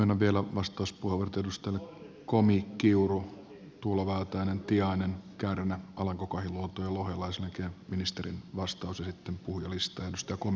myönnän vielä vastauspuheenvuorot edustajille komi kiuru tuula väätäinen tiainen kärnä alanko kahiluoto ja lohela ja sen jälkeen ministerin vastaus ja sitten puhujalistaan